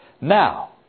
Now